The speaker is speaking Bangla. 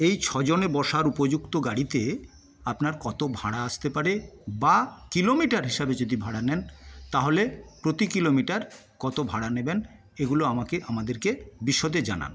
এই ছজনে বসার উপযুক্ত গাড়িতে আপনার কত ভাড়া আসতে পারে বা কিলোমিটার হিসাবে যদি ভাড়া নেন তাহলে প্রতি কিলোমিটার কত ভাড়া নেবেন এগুলো আমাকে আমাদেরকে বিশদে জানান